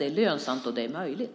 Det blir lönsamt, och det blir möjligt.